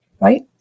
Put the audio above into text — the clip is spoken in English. right